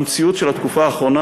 המציאות של התקופה האחרונה,